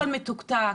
הכול מתוקתק,